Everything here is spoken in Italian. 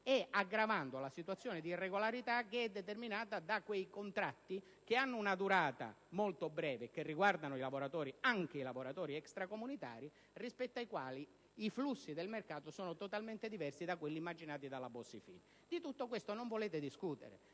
aggravando la situazione di irregolarità che è determinata da quei contratti che hanno una durata molto breve e che riguardano anche i lavoratori extracomunitari, rispetto ai quali i flussi del mercato sono totalmente diversi da quelli immaginati dalla Bossi-Fini. Di tutto questo non volete discutere,